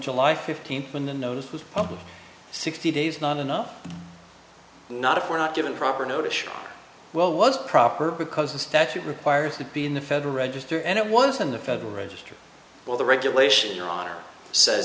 july fifteenth when the nose was public sixty days not enough not if we're not given proper notice well was proper because the statute requires to be in the federal register and it was in the federal register well the regulation your honor says